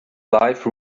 life